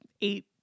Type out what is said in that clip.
eight